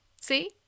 See